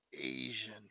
Asian